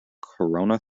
corona